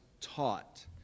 taught